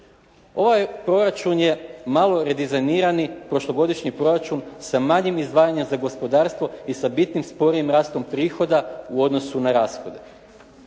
ovaj proračun je malo redizajnirani, prošlogodišnji proračun sa manjim izdanjima za gospodarstvo i sa bitnim sporijim rastom prihoda u odnosu na rashode.